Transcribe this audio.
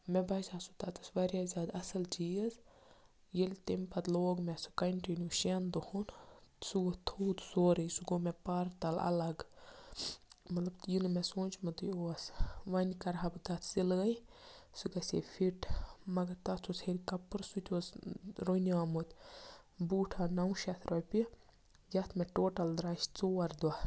مےٚ باسیو سُہ تَتَس واریاہ زیادٕ اَصٕل چیٖز ییٚلہِ تَمہِ پَتہٕ لوگ مےٚ سُہ کَنٹِنیوٗ شٮ۪ن دۄہَن سُہ ووٚتھ تھوٚد سورُے سُہ گوٚو مےٚ پارتَل اَلَگ مطلب یہِ نہٕ مےٚ سوٗنٛچمُتُے اوس وۄنۍ کَرٕ ہا بہٕ تَتھ سِلٲے سُہ گَژھِ ہے فِٹ مَگَر تَتھ اوس ہیٚرِ کَپُر سُہ تہِ اوس رٔنیومُت بوٗٹھا نَو شَتھ رۄپیہِ یَتھ مےٚ ٹوٹَل درٛایہِ ژور دۄہ